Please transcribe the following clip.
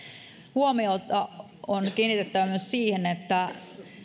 huomiota on kiinnitettävä myös siihen että